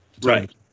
Right